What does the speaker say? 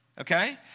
Okay